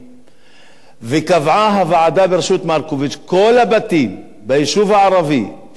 וקבעה הוועדה בראשות מרקוביץ: כל הבתים ביישוב הערבי שיש סיכוי